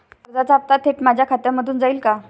कर्जाचा हप्ता थेट माझ्या खात्यामधून जाईल का?